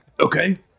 Okay